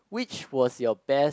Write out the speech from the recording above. which was your best